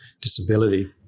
disability